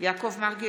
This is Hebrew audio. יעקב מרגי,